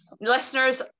listeners